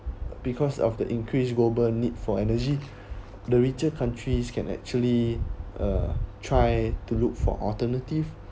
because of the increased global need for energy the richer countries can actually uh try to look for alternative